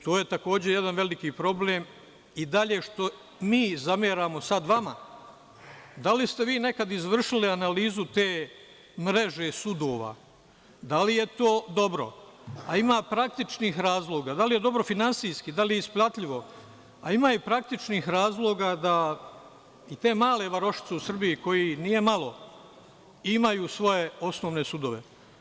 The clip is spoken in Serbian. To je takođe jedan veliki problem i dalje što mi zameramo sada vama – da li ste vi nekada izvršili analizu te mreže sudova, da li je to dobro, a ima praktičnih razloga, da li je dobro finansijski, da li je isplativo, da i te male varošice u Srbiji, kojih nije malo, imaju svoje osnovne sudove.